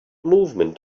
movement